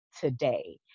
today